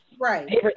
Right